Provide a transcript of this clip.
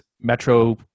metro